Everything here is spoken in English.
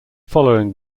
following